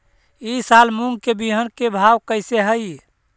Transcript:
ई साल मूंग के बिहन के भाव कैसे हई?